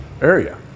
area